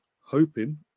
hoping